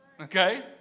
okay